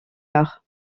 nord